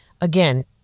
again